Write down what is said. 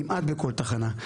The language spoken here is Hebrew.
כמעט בכל תחנה,